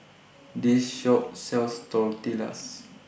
This Shop sells Tortillas